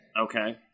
okay